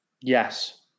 Yes